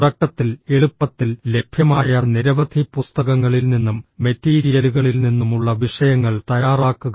തുടക്കത്തിൽ എളുപ്പത്തിൽ ലഭ്യമായ നിരവധി പുസ്തകങ്ങളിൽ നിന്നും മെറ്റീരിയലുകളിൽ നിന്നുമുള്ള വിഷയങ്ങൾ തയ്യാറാക്കുക